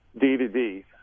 D-to-D